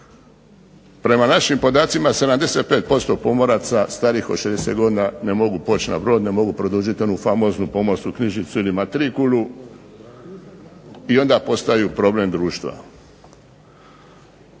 Prema našim podacima 75% pomoraca starijih od 60 godina ne mogu poći na brod, ne mogu produžiti onu famoznu pomorsku knjižicu ili matrikulu i onda postaju problem društva.